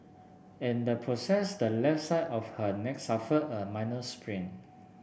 in the process the left side of her neck suffered a minor sprain